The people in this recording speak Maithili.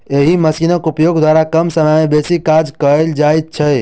एहि मशीनक उपयोग द्वारा कम समय मे बेसी काज कयल जाइत छै